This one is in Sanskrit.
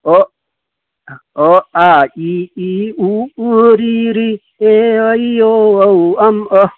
ओ ओ आ इ ई उ ऊ रि री ए ऐ ओ औ अम् अः